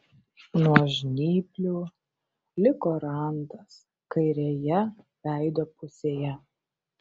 nuo žnyplių liko randas kairėje veido pusėje